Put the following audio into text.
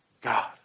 God